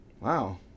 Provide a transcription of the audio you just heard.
Wow